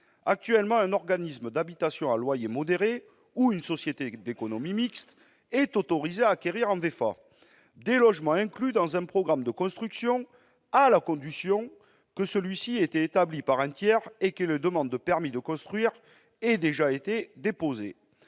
Actuellement un organisme d'habitations à loyer modéré ou une société d'économie mixte est autorisé à acquérir en VEFA des logements inclus dans un programme de construction, à la condition que celui-ci ait été établi par un tiers et que les demandes de permis de construire aient déjà été déposées.